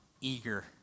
eager